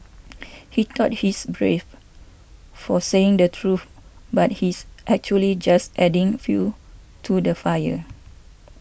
he thought he's brave for saying the truth but he's actually just adding fuel to the fire